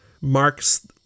marks